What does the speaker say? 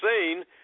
seen